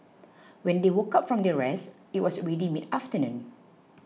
when they woke up from their rest it was already mid afternoon